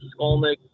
Skolnick